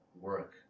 work